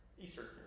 Eastern